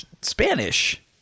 Spanish